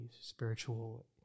spiritual